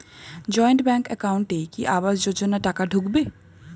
Joint bank একাউন্টে কি আবাস যোজনা টাকা ঢুকবে?